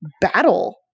battle